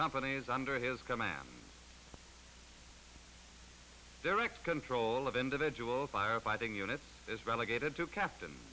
company is under his command direct control of individual firefighting units is relegated to captain